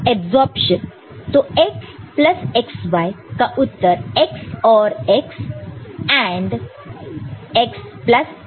absorption तो x plus xy का उत्तर x और x AND x plus y का उत्तर भी x है